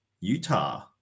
Utah